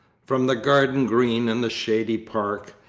from the garden green and the shady park,